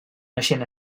naixent